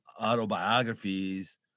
autobiographies